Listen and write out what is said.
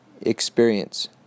experience